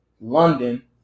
London